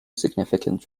significant